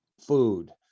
food